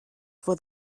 for